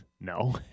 No